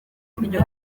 uburyo